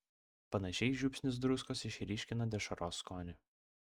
panašiai žiupsnis druskos išryškina dešros skonį